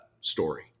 story